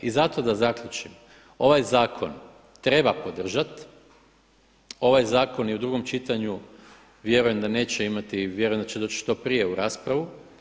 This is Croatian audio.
I zato da zaključim ovaj zakon treba podržati, ovaj zakon i u drugom čitanju vjerujem da neće imati, vjerujem da će doći što prije u raspravu.